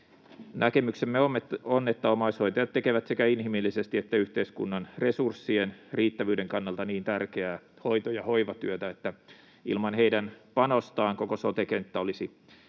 Näkemyksemme on, että omaishoitajat tekevät sekä inhimillisesti että yhteiskunnan resurssien riittävyyden kannalta niin tärkeää hoito- ja hoivatyötä, että ilman heidän panostaan koko sote-kenttä olisi